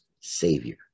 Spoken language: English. Savior